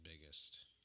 biggest